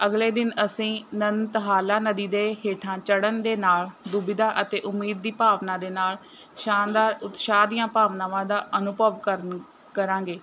ਅਗਲੇ ਦਿਨ ਅਸੀਂ ਨਨਤਹਲਾ ਨਦੀ ਦੇ ਹੇਠਾਂ ਚੜ੍ਹਨ ਦੇ ਨਾਲ ਦੁਬਿਧਾ ਅਤੇ ਉਮੀਦ ਦੀ ਭਾਵਨਾ ਦੇ ਨਾਲ਼ ਸ਼ਾਨਦਾਰ ਉਤਸ਼ਾਹ ਦੀਆਂ ਭਾਵਨਾਵਾਂ ਦਾ ਅਨੁਭਵ ਕਰਨ ਕਰਾਂਗੇ